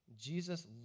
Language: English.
Jesus